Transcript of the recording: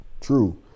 True